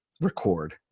record